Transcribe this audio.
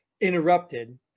interrupted